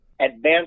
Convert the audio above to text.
advanced